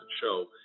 show